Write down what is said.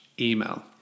email